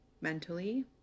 mentally